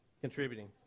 contributing